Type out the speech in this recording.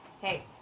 hey